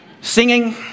singing